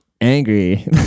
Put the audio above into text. angry